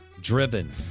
driven